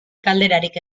galderarik